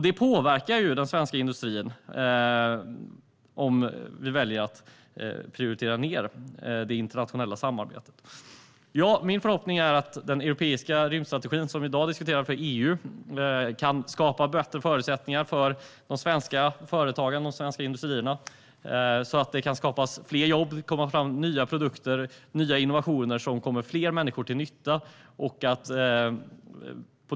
Det påverkar den svenska industrin om vi väljer att prioritera ned det internationella samarbetet. Min förhoppning är att den europeiska rymdstrategi för EU som vi i dag diskuterar kan skapa bättre förutsättningar för de svenska företagen och de svenska industrierna, så att det kan skapas fler jobb och komma fram nya produkter och nya innovationer som kommer fler människor till nytta.